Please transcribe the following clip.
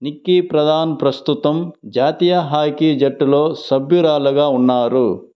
నిక్కీ ప్రధాన్ ప్రస్తుతం జాతీయ హాకీ జట్టులో సభ్యురాలిగా ఉన్నారు